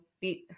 beat